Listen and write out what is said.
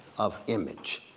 of image?